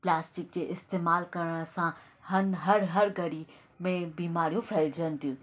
plastic जे इस्तेमालु करण सां हंधि हर हर गली में बीमारियूं फेलजनि थियूं